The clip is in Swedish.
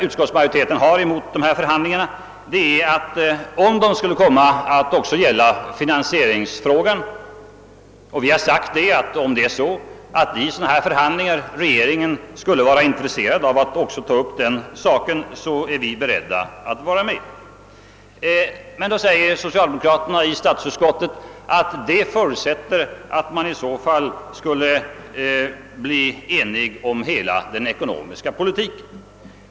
Utskottsmajoriteten har också en annan invändning mot dessa förhandlingar. Vi har uttalat att vi är beredda att vara med, om regeringen vid dessa förhandlingar skulle vara intresserad av att också ta upp finansieringsfrågan. De socialdemokratiska ledamöterna i statsutskottet säger emellertid att detta förutsätter att man i så fall skulle bli ense om hela den ekonomiska politiken.